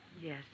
Yes